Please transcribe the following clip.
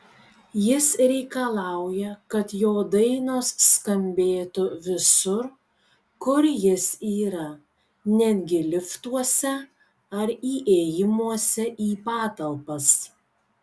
jis reikalauja kad jo dainos skambėtų visur kur jis yra netgi liftuose ar įėjimuose į patalpas